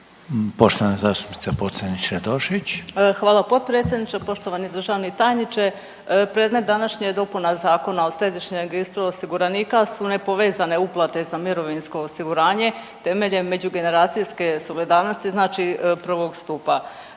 potpredsjedniče. Poštovani državni tajniče, predmet današnje je dopuna Zakona o središnjem registru osiguranika su nepovezane uplate za mirovinsko osiguranje temeljem međugeneracijske solidarnosti znači prvog stupa.